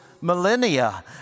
millennia